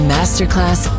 Masterclass